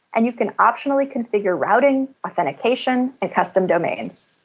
and you can optionally configure routing, authentication, and custom domains.